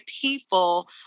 people